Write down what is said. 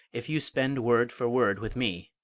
if you spend word for word with me,